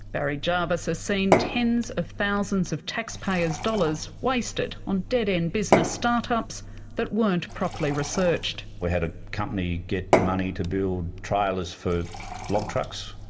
barry jarvis has seen tens of thousands of taxpayers' dollars wasted on dead-end business start-ups that weren't properly researched. we had a company get money to build trailers for log trucks,